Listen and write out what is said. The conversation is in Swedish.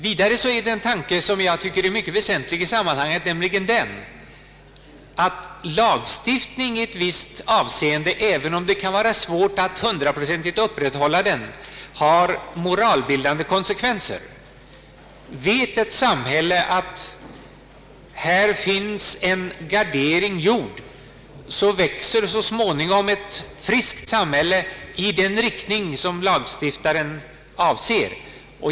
Vidare är det en tanke som är mycket väsentlig i sammanhanget, nämligen att lagstiftning i ett visst avseende, även om det kan vara svårt att 100-procentigt kontrollera den, har moralbildande konsekvenser. Vet samhällsmedlemmarna att här finns en gardering, växer så småningom ett friskare samhälle fram på det sätt som lagstiftaren har avsett.